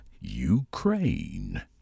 Ukraine